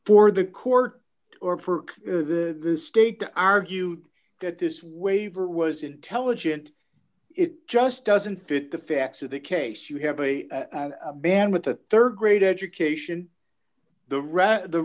for the court or for the state to argue that this waiver was intelligent it just doesn't fit the facts of the case you have a band with a rd grade education the